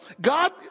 God